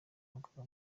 umukobwa